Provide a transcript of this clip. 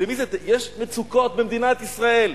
יש מצוקות במדינת ישראל.